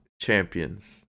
champions